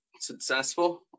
Successful